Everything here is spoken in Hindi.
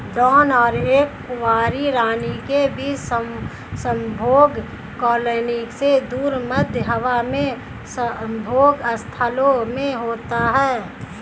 ड्रोन और एक कुंवारी रानी के बीच संभोग कॉलोनी से दूर, मध्य हवा में संभोग स्थलों में होता है